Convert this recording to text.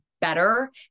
better